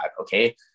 okay